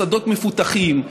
השדות מפותחים,